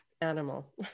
animal